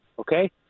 Okay